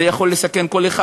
זה יכול לסכן כל אחד.